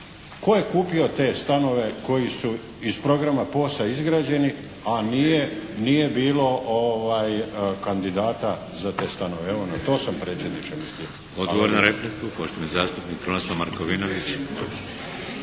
tko je kupio te stanove koji su iz programa POS-a izgrađeni a nije bilo kandidata za te stanove. Evo na to sam predsjedniče mislio. **Šeks, Vladimir (HDZ)** Odgovor na repliku poštovani zastupnik Krunoslav Markovinović: